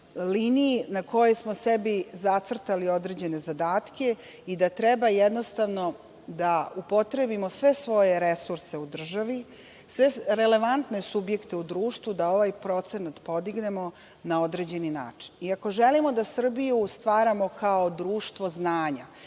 na kojoj smo sebi zacrtali određene zadatke i da treba jednostavno da upotrebimo sve svoje resurse u državi, sve relevantne subjekte u društvu da ovaj procenat podignemo na određeni način. Ako želimo da Srbiju stvaramo kao društvo znanja